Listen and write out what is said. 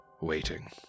waiting